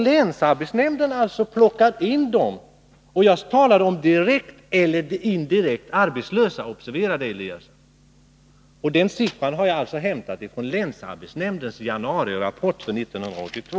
Länsarbetsnämnden har plockat in dem. Observera att jag talade om direkt eller indirekt arbetslösa. Den siffran har jag alltså hämtat från länsarbetsnämndens januarirapport för 1982.